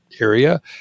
area